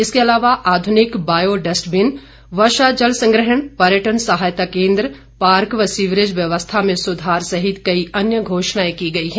इसके अलावा आधुनिक बायो डस्टबीन वर्षा जल संग्रहण पर्यटन सहायता केंद्र पार्क व सीवरेज व्यवस्था में सुधार सहित कई अन्य घोषणाएं की गई हैं